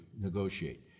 negotiate